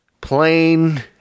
plain